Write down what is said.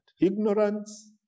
Ignorance